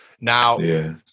Now